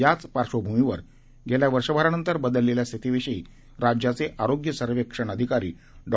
याच पार्बभ्मीवर गेल्या वर्षभरानंतर बदलेलेल्या स्थितीविषयी राज्याचे आरोग्य सर्वेक्षण अधिकारी डॉ